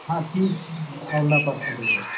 ਹਾਂਜੀ ਆਉਂਦਾ ਪਰਸੋਂ ਤੇਰੇ ਕੋਲ